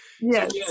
Yes